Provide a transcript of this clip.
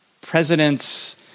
president's